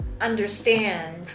understand